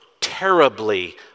terribly